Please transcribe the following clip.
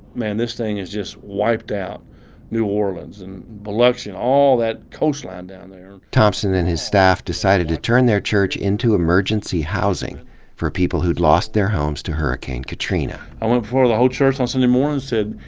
this thing has just wiped out new orleans and biloxi and all that coast line down there. thompson and his staff decided to turn their church into emergency housing for people who'd lost their homes to hurricane katrina. i went before the whole church on sunday morning and sa id,